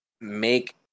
make